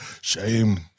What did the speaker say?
Shame